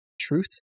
truth